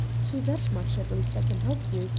to that much at least i can help you,